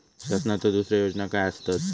शासनाचो दुसरे योजना काय आसतत?